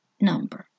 number